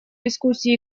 дискуссии